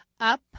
up